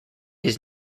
his